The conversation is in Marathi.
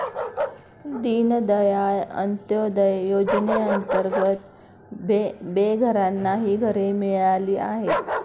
दीनदयाळ अंत्योदय योजनेअंतर्गत बेघरांनाही घरे मिळाली आहेत